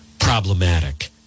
problematic